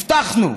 הבטחנו.